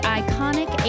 iconic